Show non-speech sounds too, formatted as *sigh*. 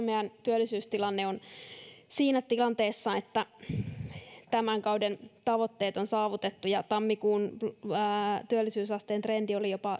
*unintelligible* meidän työllisyystilanne on siinä tilanteessa että tämän kauden tavoitteet on saavutettu ja tammikuun työllisyysasteen trendi oli jopa